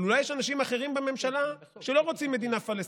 אבל אולי יש אנשים אחרים בממשלה שלא רוצים מדינה פלסטינית.